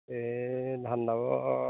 এই ধান দাব